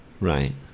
Right